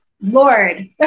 Lord